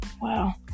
Wow